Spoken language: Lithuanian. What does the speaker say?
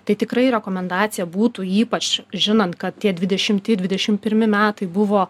tai tikrai rekomendacija būtų ypač žinant kad tie dvidešimti dvidešimt pirmi metai buvo